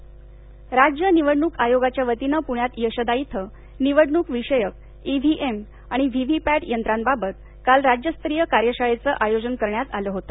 कार्यशाळा राज्य निवडणूक आयोगाच्या वतीनं पृण्यात यशदा इथं निवडणूक विषयक इव्हीएम आणि व्हीव्हीपटीयंत्रांबाबत काल राज्यस्तरीय कार्यशाळेचं आयोजन करण्यात आलं होत